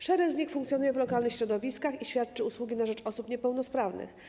Szereg z nich funkcjonuje w lokalnych środowiskach i świadczy usługi na rzecz osób niepełnosprawnych.